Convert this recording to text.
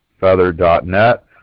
feather.net